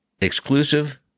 Exclusive